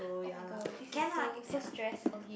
oh-my-god this is so so stress on him